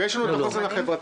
ויש לנו את החוסן החברתי.